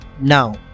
Now